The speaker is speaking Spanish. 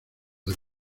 del